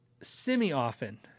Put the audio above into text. semi-often